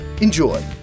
Enjoy